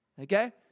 Okay